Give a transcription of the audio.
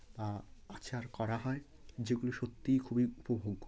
বা আচার করা হয় যেগুলো সত্যিই খুবই উপভোগ্য